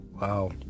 Wow